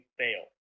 fail